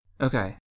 Okay